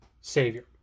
savior